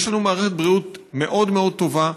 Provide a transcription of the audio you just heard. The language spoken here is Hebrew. יש לנו מערכת בריאות מאוד מאוד טובה,